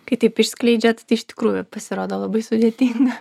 kai taip išskleidžiat tai iš tikrųjų pasirodo labai sudėtinga